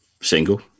single